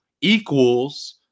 equals